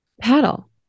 paddle